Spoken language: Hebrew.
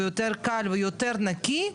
ויותר קל ויותר נקי,